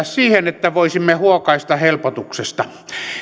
siihen että voisimme huokaista helpotuksesta